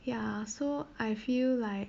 ya so I feel like